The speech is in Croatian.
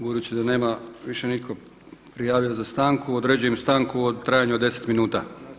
Budući da nema više niko prijaviti za stanku, određujem stanku u trajanju od 10 minuta.